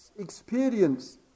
Experience